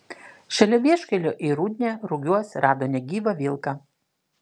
šalia vieškelio į rudnią rugiuos rado negyvą vilką